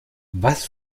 was